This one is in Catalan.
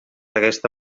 aquesta